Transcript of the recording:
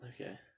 Okay